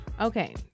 Okay